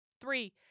Three